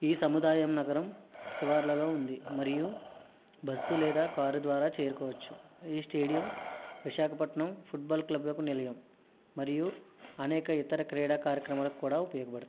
ఈ సముదాయం నగరం శివారులలో ఉంది మరియు బస్సు లేదా కారు ద్వారా చేరుకోవచ్చు ఈ స్టేడియం విశాఖపట్నం ఫుట్బాల్ క్లబ్లకు నిలయం మరియు అనేక ఇతర క్రీడా కార్యక్రమాలకు కూడా ఉపయోగపడుతుంది